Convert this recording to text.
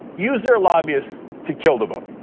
used their lobbyists to kill the vote.